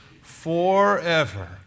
forever